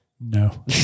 No